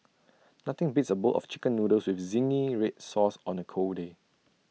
nothing beats A bowl of Chicken Noodles with Zingy Red Sauce on A cold day